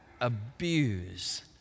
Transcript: abuse